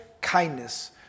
kindness